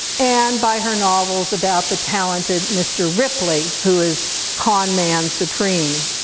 and by her novels about the talented mr. ripley, who is conman supreme.